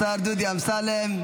השר דודי אמסלם,